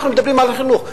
אנחנו מדברים על החינוך.